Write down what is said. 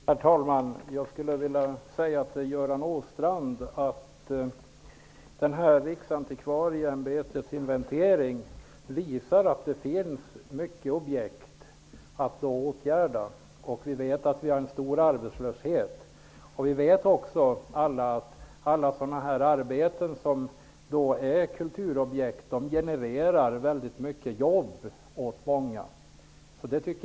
Herr talman! Till Göran Åstrand vill jag säga att Riksantikvarieämbetets inventering visar att det finns många objekt att åtgärda. Vi vet att det finns en stor arbetslöshet liksom att alla arbeten när det gäller kulturobjekt genererar jobb åt väldigt många människor.